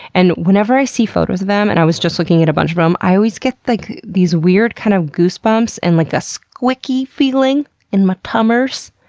and whenever i see photos of them, and i was just looking at a bunch of them, um i always get like these weird kind of goosebumps and like a squicky feeling in my tummers.